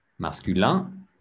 Masculin